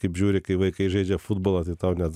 kaip žiūri kai vaikai žaidžia futbolą tai tau net